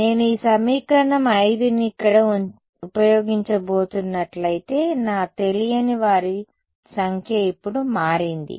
నేను ఈ సమీకరణం 5ని ఇక్కడ ఉపయోగించబోతున్నట్లయితే నా తెలియని వారి సంఖ్య ఇప్పుడు మారింది